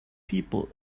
people